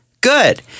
good